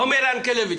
עומר ינקלביץ'.